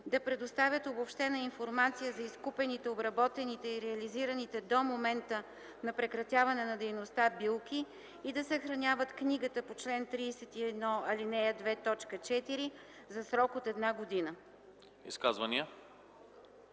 да предоставят обобщена информация за изкупените, обработените и реализираните до момента на прекратяване на дейността билки и да съхраняват книгата по чл. 31, ал. 2, т. 4 за срок от една година.”